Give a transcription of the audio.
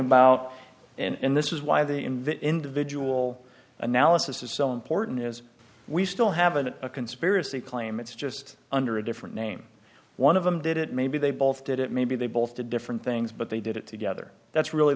about and this is why the in the individual analysis is so important is we still have an a conspiracy claim it's just under a different name one of them did it maybe they both did it maybe they both did different things but they did it together that's really